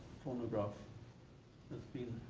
phonograph has been